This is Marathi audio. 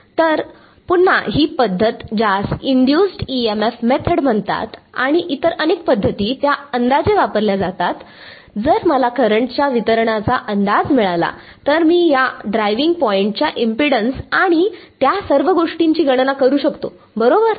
तर पुन्हा ही पद्धत ज्यास इंड्युसड् EMF मेथड म्हणतात आणि इतर अनेक पद्धती त्या अंदाजे वापरल्या जातात जर मला करंटच्या वितरणाचा अंदाज मिळाला तर मी या ड्रायव्हींग पॉईंट च्या इम्पेडन्स आणि त्या सर्व गोष्टींची गणना करू शकतो बरोबर